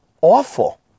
awful